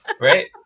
right